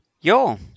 Yo